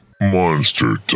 Monster